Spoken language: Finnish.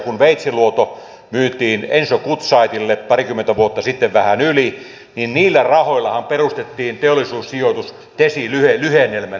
kun veitsiluoto myytiin enso gutzeitille parikymmentä vuotta sitten vähän yli niin niillä rahoillahan perustettiin teollisuussijoitus tesi lyhennelmänä